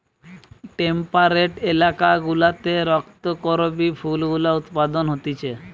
temperate এলাকা গুলাতে রক্ত করবি ফুল গুলা উৎপাদন হতিছে